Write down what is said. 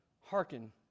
hearken